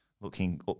looking